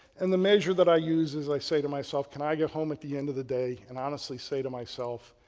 and the measure that i use is i say to myself, can i get home at the end of day and honestly say to myself,